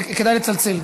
כדאי לצלצל,